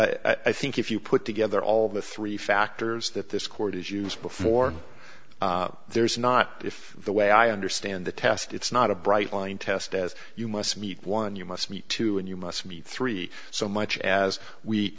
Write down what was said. but i think if you put together all the three factors that this court has used before there's not if the way i understand the test it's not a bright line test as you must meet one you must meet two and you must meet three so much as we